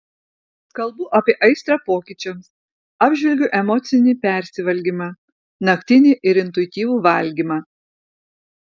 kalbu apie aistrą pokyčiams apžvelgiu emocinį persivalgymą naktinį ir intuityvų valgymą